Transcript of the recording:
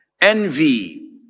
Envy